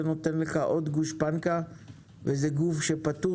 זה נותן לך עוד גושפנקא וזה גוף שפטור